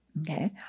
Okay